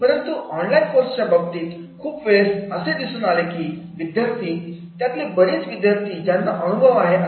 परंतु online course च्या बाबतीत खूप वेळेस असे दिसून आले की विद्यार्थी त्यातले बरेच विद्यार्थी ज्यांना अनुभव आहे असे